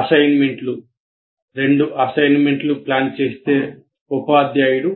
అసైన్మెంట్లు 2 అసైన్మెంట్లు ప్లాన్ చేస్తే ఉపాధ్యాయుడు